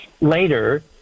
later